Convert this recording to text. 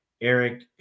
Eric